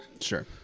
sure